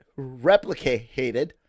replicated